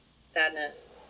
sadness